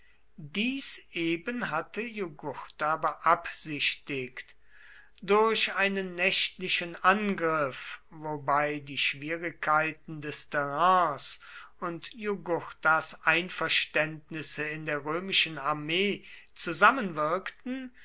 dies eben hatte jugurtha beabsichtigt durch einen nächtlichen angriff wobei die schwierigkeiten des terrains und jugurthas einverständnisse in der römischen armee zusammenwirkten